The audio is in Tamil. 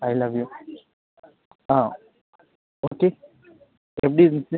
I love you ah okay எப்படி இருந்துச்சு